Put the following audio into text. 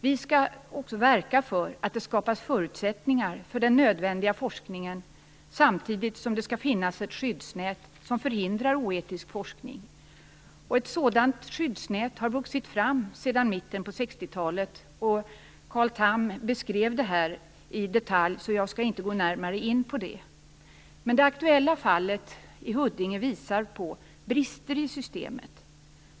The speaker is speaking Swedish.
Vi skall också verka för att det skapas förutsättningar för den nödvändiga forskningen samtidigt som det skall finnas ett skyddsnät som förhindrar oetisk forskning. Ett sådant skyddsnät har vuxit fram sedan mitten av 60-talet. Carl Tham beskrev detta i detalj, så jag skall inte gå närmare in på det. Det aktuella fallet på Huddinge sjukhus visar på brister i systemet.